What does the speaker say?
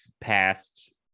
past